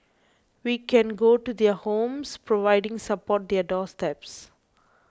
we can go to their homes providing support their doorsteps